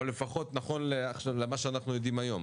או לפחות נכון למה שאנחנו יודעים היום,